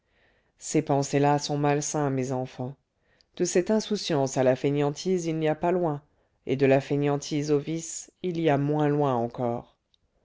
ces pensers là sont malsains mes enfants de cette insouciance à la fainéantise il n'y a pas loin et de la fainéantise au vice il y a moins loin encore